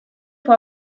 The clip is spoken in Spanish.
fue